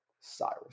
Cyrus